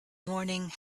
morning